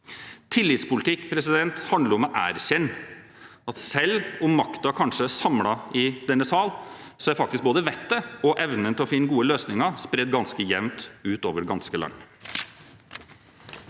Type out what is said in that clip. Tillitspolitikk handler om å erkjenne at selv om makten kanskje er samlet i denne sal, er faktisk både vettet og evnen til å finne gode løsninger spredt ganske jevnt utover det ganske land.